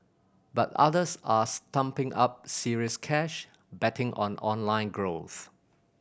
but others are stumping up serious cash betting on online growth